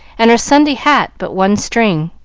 and her sunday hat but one string.